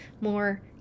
more